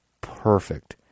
perfect